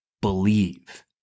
believe